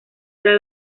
era